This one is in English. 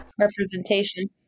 representation